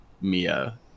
Mia